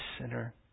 sinner